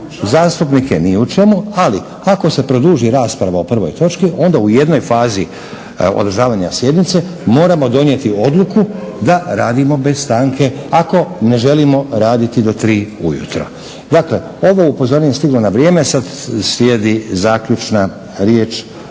zastupnike ni u čemu, ali ako se produži rasprava o prvoj točki onda u jednoj fazi održavanja sjednice moramo donijeti odluku da radimo bez stanke ako ne želimo raditi do 3 ujutro. Dakle, ovo upozorenje je stiglo na vrijeme. Sad slijedi zaključna riječ